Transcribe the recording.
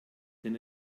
denn